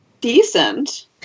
decent